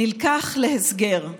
נלקח להסגר.